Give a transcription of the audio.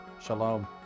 Shalom